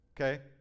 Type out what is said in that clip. Okay